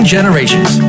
Generations